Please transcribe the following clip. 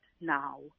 now